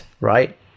right